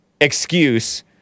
excuse